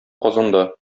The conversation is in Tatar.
казанда